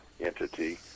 entity